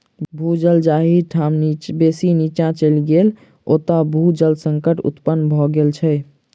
भू जल जाहि ठाम बेसी नीचाँ चलि गेल छै, ओतय भू जल संकट उत्पन्न भ गेल छै